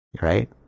Right